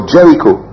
Jericho